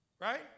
Right